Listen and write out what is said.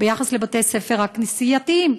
ביחס לבתי-הספר הכנסייתיים,